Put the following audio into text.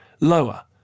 Lower